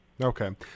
Okay